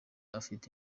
dufite